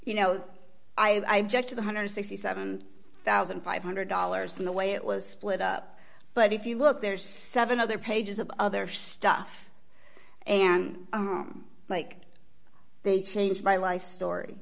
you know i checked the one hundred and sixty seven thousand five hundred dollars in the way it was split up but if you look there's seven other pages of other stuff and like they changed my life story